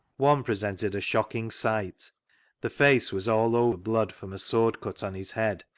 one p resented a shocking sighta the face was all over blood from a sword-cut on his head,